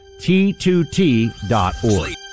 T2T.org